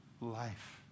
life